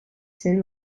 scènes